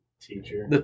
teacher